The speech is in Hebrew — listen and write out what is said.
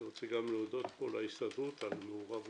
אני רוצה גם להודות פה להסתדרות על מעורבותה,